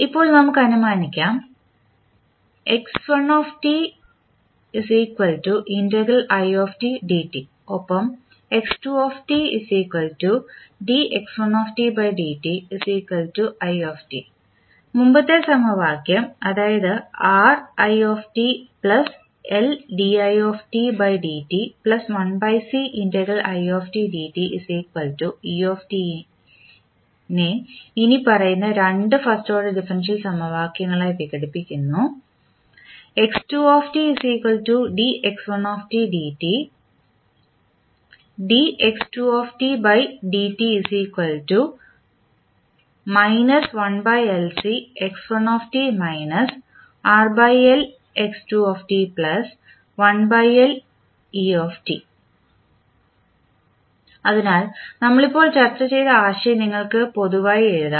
ഇപ്പോൾ നമുക്ക് അനുമാനിക്കാം ഒപ്പം മുമ്പത്തെ സമവാക്യം അതായത് നെ ഇനിപ്പറയുന്ന രണ്ട് ഫസ്റ്റ് ഓർഡർ ഡിഫറൻഷ്യൽ സമവാക്യങ്ങളായി വിഘടിപ്പിക്കുന്നു അതിനാൽ നമ്മൾ ഇപ്പോൾ ചർച്ച ചെയ്ത ആശയം നിങ്ങൾക്ക് പൊതുവായി എഴുതാം